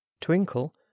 twinkle